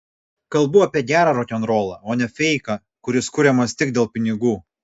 kalbu apie gerą rokenrolą o ne feiką kuris kuriamas tik dėl pinigų